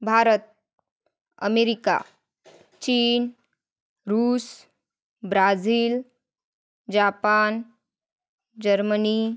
Bharat America चीन रूस Brazil Japan Germany